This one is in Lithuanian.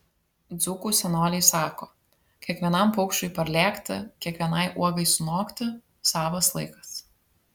dzūkų senoliai sako kiekvienam paukščiui parlėkti kiekvienai uogai sunokti savas laikas